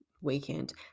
Weekend